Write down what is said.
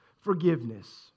Forgiveness